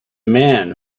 man